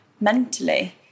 mentally